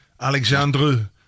Alexandre